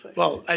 well, ah